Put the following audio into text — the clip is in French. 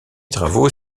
travaux